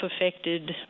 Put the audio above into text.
affected